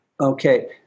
okay